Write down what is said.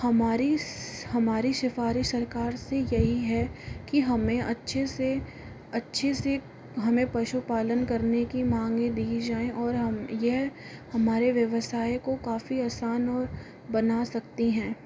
हमारी हमारी सिफ़ारिश सरकार से यही है कि हमें अच्छे से अच्छे से हमें पशुपालन करने की मांगे दी जाए और हम यह हमारे व्यवसाय को काफ़ी आसान और बना सकती हैं